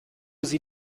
sie